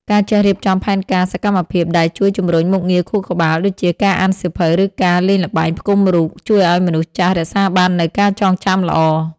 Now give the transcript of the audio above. ការចេះរៀបចំផែនការសកម្មភាពដែលជួយជំរុញមុខងារខួរក្បាល ដូចជាការអានសៀវភៅ ឬការលេងល្បែងផ្គុំរូប ជួយឱ្យមនុស្សចាស់រក្សាបាននូវការចងចាំល្អ។